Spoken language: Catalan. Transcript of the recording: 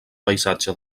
paisatge